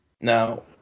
Now